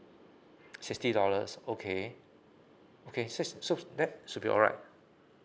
sixty dollars okay okay si~ so that should be alright